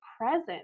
present